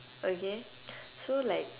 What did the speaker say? okay so like